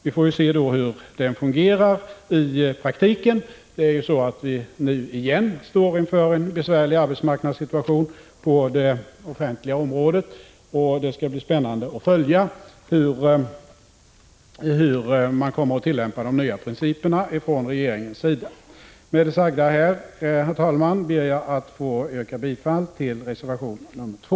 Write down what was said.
Vi får snart se hur den fungerar i praktiken, då vi nu igen står inför en besvärlig arbetsmarknadssituation på det offentliga området. Det skall bli spännande att följa hur man från regeringens sida kommer att tillämpa de nya principerna. Med det sagda, herr talman, ber jag att få yrka bifall till reservation nr 2.